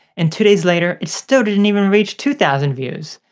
and two days later, it still didn't even reach two thousand views.